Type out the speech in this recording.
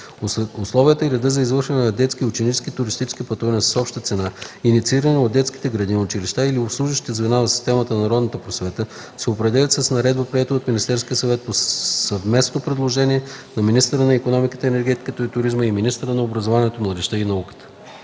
Условията и редът за извършване на детски и ученически туристически пътувания с обща цена, инициирани от детските градини, училищата или обслужващите звена в системата на народната просвета, се определят с наредба, приета от Министерския съвет, по съвместно предложение на министъра на икономиката, енергетиката и туризма и министъра на образованието, младежта и науката.”